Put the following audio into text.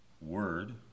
word